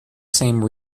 same